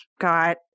got